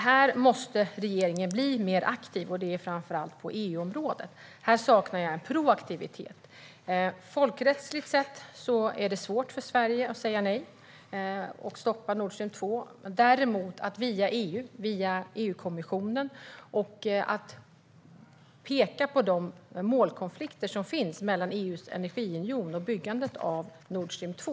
Här måste regeringen bli mer aktiv, framför allt på EU-området, men jag saknar en proaktivitet. Folkrättsligt sett är det svårt för Sverige att säga nej och stoppa Nordstream 2. Däremot finns det tillfälle att via EU-kommissionen peka på målkonflikter som finns mellan EU:s energiunion och byggandet av Nordstream 2.